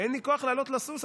אין לי כוח לעלות לסוס,